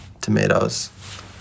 tomatoes